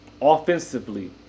Offensively